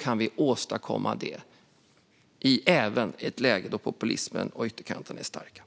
kan vi åstadkomma det även i ett läge där populismen på ytterkanten är stark.